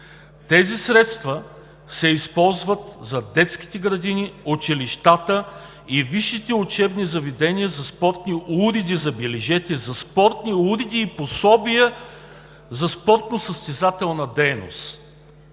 Тези средства се използват за детските градини, училищата и висшите учебни заведения за спортни уреди, забележете, за спортни уреди и пособия за спортно-състезателна дейност.